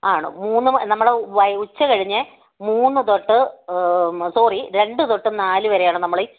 ആണ് മൂന്ന് നമ്മള് വൈ ഉച്ച കഴിഞ്ഞ് മൂന്നു തൊട്ട് സോറി രണ്ട് തൊട്ട് നാലുവരെയാണ് നമ്മള്